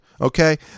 okay